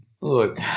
Look